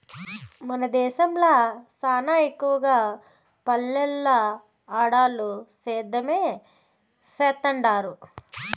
మన దేశంల సానా ఎక్కవగా పల్లెల్ల ఆడోల్లు సేద్యమే సేత్తండారు